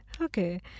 Okay